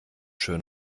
schön